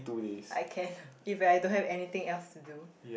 I can if I don't have anything else to do